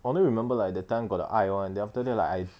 I only remember like the time got the 爱 [one] then after that like I